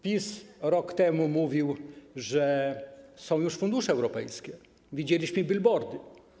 PiS rok temu mówił, że są już fundusze europejskie, widzieliśmy bilbordy.